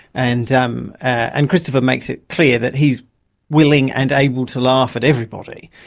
and um and christopher makes it clear that he's willing and able to laugh at everybody,